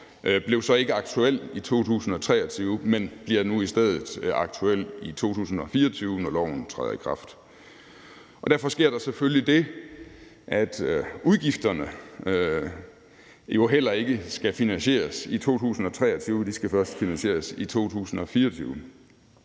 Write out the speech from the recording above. loven, ikke aktuel i 2023, men bliver nu i stedet aktuel i 2024, når loven træder i kraft. Og derfor sker der selvfølgelig det, at udgifterne jo heller ikke skal finansieres i 2023; de skal først finansieres i 2024.